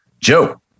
Joe